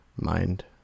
Mind